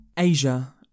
Asia